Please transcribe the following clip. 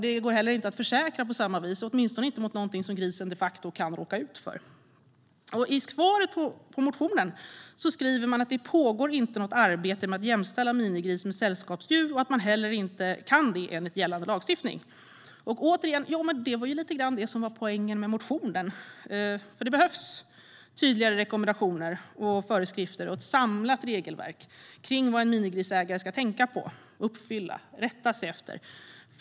Det går heller inte att försäkra dem på samma vis, åtminstone inte mot något som grisen de facto kan råka ut för. I svaret på motionen skriver man att det inte pågår något arbete med att jämställa minigris med sällskapsdjur och att man heller inte kan det enligt gällande lagstiftning. Återigen: Det var lite grann det som var poängen med motionen, för det behövs tydligare rekommendationer och föreskrifter och ett samlat regelverk kring vad en minigrisägare ska tänka på, uppfylla och rätta sig efter.